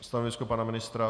Stanovisko pana ministra?